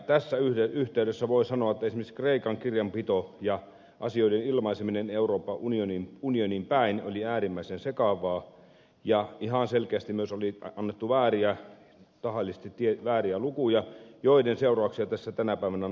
tässä yhteydessä voi sanoa että esimerkiksi kreikan kirjanpito ja asioiden ilmaiseminen euroopan unioniin päin oli äärimmäisen sekavaa ja ihan selkeästi myös oli annettu tahallisesti vääriä lukuja joiden seurauksia tässä tänä päivänä nautimme